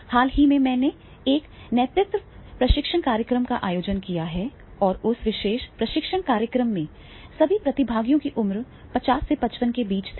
हाल ही में मैंने एक नेतृत्व प्रशिक्षण कार्यक्रम का आयोजन किया और उस विशेष नेतृत्व प्रशिक्षण कार्यक्रम में सभी प्रतिभागियों की उम्र 50 से 55 के बीच थी